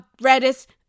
reddest